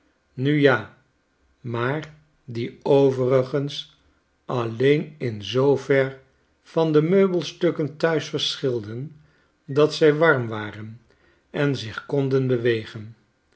nu ja maar die overigens alleen in zoover van demeubelstukken thuis verschilden dat zij warm waren en zich